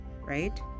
right